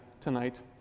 tonight